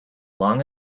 long